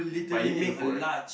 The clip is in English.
but you need to fold right